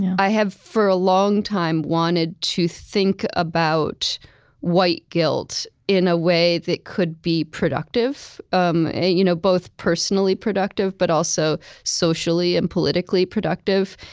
i have, for a long time, wanted to think about white guilt in a way that could be productive, um you know both personally productive, but also socially and politically productive.